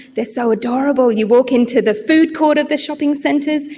they are so adorable. you walk into the food court of the shopping centres,